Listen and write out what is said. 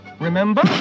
Remember